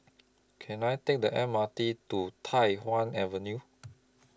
Can I Take The M R T to Tai Hwan Avenue